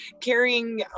carrying